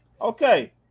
Okay